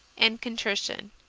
and contrition,